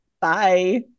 Bye